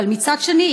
אבל מצד שני,